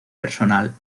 personal